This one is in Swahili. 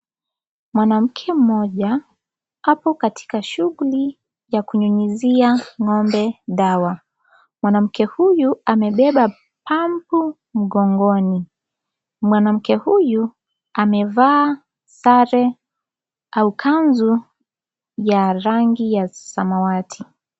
Mwanamke mmoja hapo katika shughuli ya kunyunyizia ng'ombe dawa. Mwanamke huyu amebeba pampu mgongoni. Mwanamke huyu amevaa sare au kanzu ya rangi ya samawati.